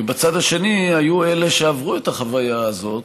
ובצד השני היו אלה שעברו את החוויה הזאת